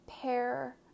pair